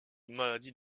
maladie